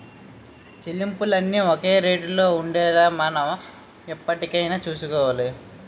చెల్లింపులన్నీ ఒక రేటులో ఉండేలా మనం ఎప్పటికప్పుడు చూసుకోవాలి